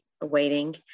awaiting